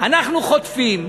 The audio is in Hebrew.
אנחנו חוטפים